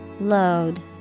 Load